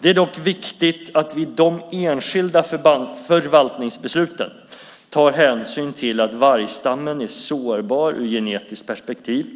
Det är dock viktigt att vi i de enskilda förvaltningsbesluten tar hänsyn till att vargstammen är sårbar ur genetiskt perspektiv,